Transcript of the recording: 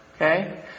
Okay